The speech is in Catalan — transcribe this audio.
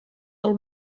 del